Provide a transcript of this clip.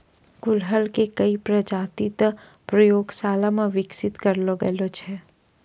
गुड़हल के कई प्रजाति तॅ प्रयोगशाला मॅ विकसित करलो गेलो छै